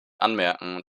anmerken